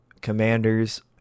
commander's